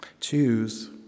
Choose